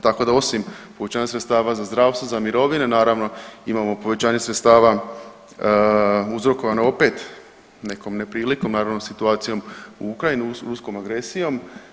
Tako da osim povećanja sredstava za zdravstvo, za mirovine, naravno imamo povećanje sredstava uzrokovane opet nekom neprilikom, naravno situacijom u Ukrajini ruskom agresijom.